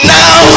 now